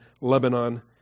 Lebanon